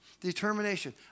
Determination